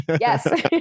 Yes